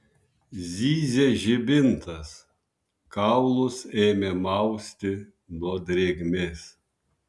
zyzė žibintas kaulus ėmė mausti nuo drėgmės